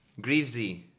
Greavesy